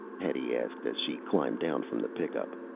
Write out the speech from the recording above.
hetty asked as she climbed down from the pickup.